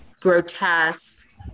grotesque